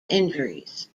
injuries